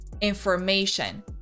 information